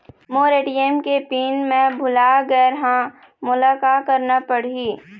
मोर ATM के PIN मैं भुला गैर ह, मोला का करना पढ़ही?